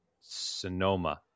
Sonoma